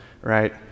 right